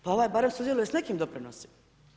Pa ovaj barem sudjeluje s neki doprinosima.